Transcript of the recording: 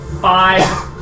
five